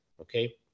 Okay